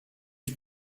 que